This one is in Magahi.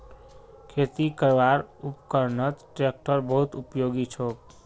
खेती करवार उपकरनत ट्रेक्टर बहुत उपयोगी छोक